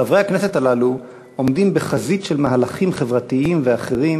חברי הכנסת הללו עומדים בחזית של מהלכים חברתיים ואחרים